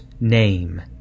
name